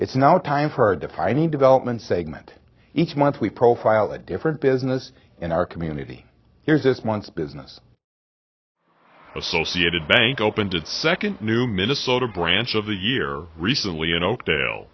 it's now time for defining developments segment each month we profile a different business in our community here's this month's business associated bank opened its second new minnesota branch of the year recently in oakdale